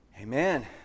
Amen